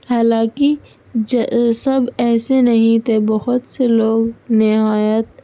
حالانکہ سب ایسے نہیں تھے بہت سے لوگ نہایت